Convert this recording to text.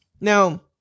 Now